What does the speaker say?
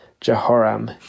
Jehoram